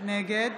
נגד